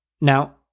Now